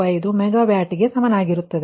45 megawatt ಗೆ ಸಮನಾಗಿರುತ್ತದೆ